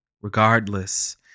Regardless